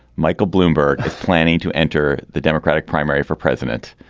michael bloomberg is planning to enter the democratic primary for president.